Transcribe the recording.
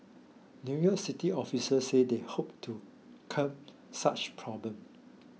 New York City officials said they hoped to curb such problems